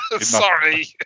Sorry